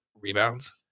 rebounds